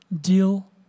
deal